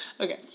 Okay